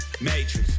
matrix